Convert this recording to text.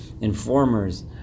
informers